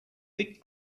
thick